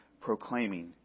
proclaiming